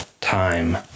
Time